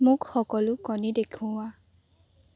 মোক সকলো কণী দেখুওৱা